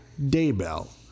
Daybell